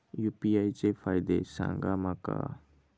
UPI चे फायदे सांगा माका?